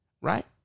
right